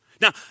Now